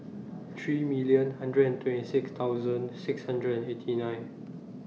three million hundred and twenty six thousand six hundred and eighty nine